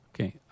Okay